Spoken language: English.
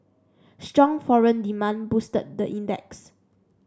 strong foreign demand boosted the index